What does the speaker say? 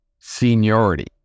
seniority